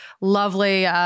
lovely